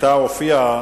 היא הופיעה